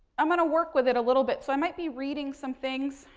i'm going to work with it a little bit. so, i might be reading some things.